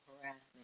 harassment